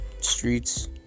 streets